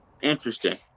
interesting